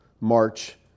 march